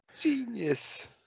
genius